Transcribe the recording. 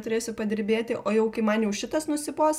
turėsiu padirbėti o jau kai man jau šitas nusibos